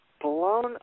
blown